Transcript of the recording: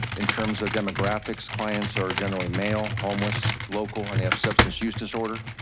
in terms of demographics, clients are generally male, homeless, local, and they have substance use disorder.